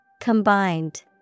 Combined